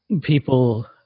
people